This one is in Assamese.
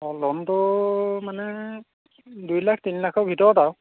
অঁ লোনটো মানে দুই লাখ তিনি লাখৰ ভিতৰত আৰু